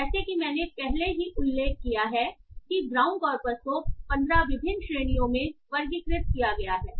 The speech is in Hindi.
जैसा कि मैंने पहले ही उल्लेख किया है कि ब्राउन कॉर्पस को 15 विभिन्न श्रेणियों में वर्गीकृत किया गया है